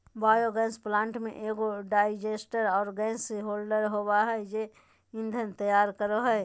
biogas plant में एगो digester आरो गैस होल्डर होबा है जे ईंधन तैयार करा हइ